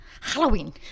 Halloween